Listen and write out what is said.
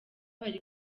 bari